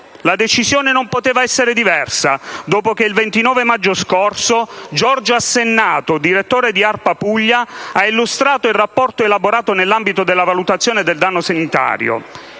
la decisione non poteva essere diversa, dopo che il 29 maggio scorso Giorgio Assennato, direttore di ARPA Puglia, ha illustrato il rapporto elaborato nell'ambito della valutazione del danno sanitario.